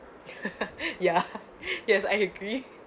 ya yes I agree